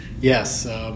Yes